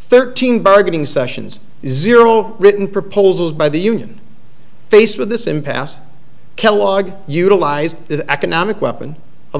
thirteen bargaining sessions zero written proposals by the union faced with this impasse kellogg utilize the economic weapon of